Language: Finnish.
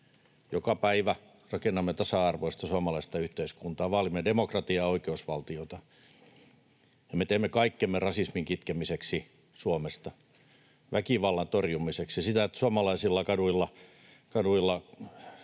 Joka päivä rakennamme tasa-arvoista suomalaista yhteiskuntaa, vaalimme demokratiaa, oikeusvaltiota. Ja me teemme kaikkemme rasismin kitkemiseksi Suomesta, väkivallan torjumiseksi, siten että suomalaisilla kaduilla,